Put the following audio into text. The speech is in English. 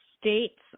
states